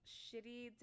shitty